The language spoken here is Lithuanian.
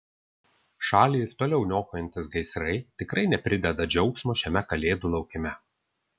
šalį ir toliau niokojantys gaisrai tikrai neprideda džiaugsmo šiame kalėdų laukime